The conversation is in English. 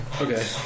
okay